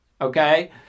Okay